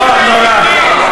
לא נורא.